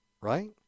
right